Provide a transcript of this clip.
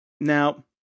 Now